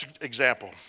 example